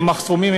עם מחסומים,